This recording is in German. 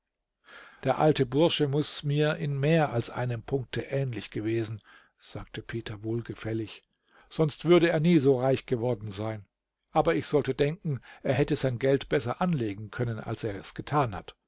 der alte bursche muß mir in mehr als einem punkte ähnlich gewesen sagte peter wohlgefällig sonst würde er nie so reich geworden sein aber ich sollte denken er hätte sein geld besser anlegen können als er getan hat